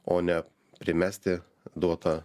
o ne primesti duotą